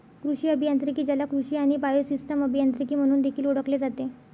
कृषी अभियांत्रिकी, ज्याला कृषी आणि बायोसिस्टम अभियांत्रिकी म्हणून देखील ओळखले जाते